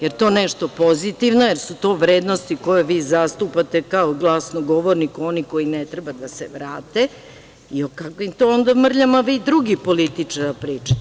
Je li to nešto pozitivno, da li su to vrednosti koje vi zastupate kao glasno govornik onih koji ne treba da se vrati i o kakvim to onda mrljama drugih političara vi pričate?